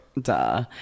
duh